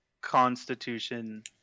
Constitution